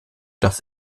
ist